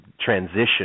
transition